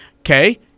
Okay